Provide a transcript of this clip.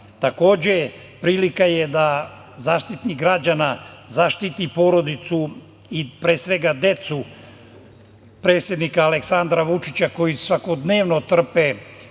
veka. Takođe, prilika je da Zaštitnik građana zaštiti porodicu i pre svega decu predsednika Aleksandra Vučića koji svakodnevno trpe